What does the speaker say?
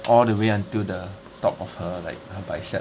all the way until the top of her like her bicep